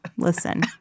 Listen